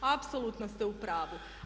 Apsolutno ste u pravu.